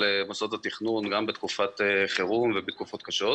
מוסדות התכנון גם בתקופת חירום ובתקופות קשות.